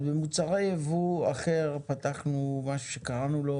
אז במוצרי ייבוא אחר פתחנו משהו שקראנו לו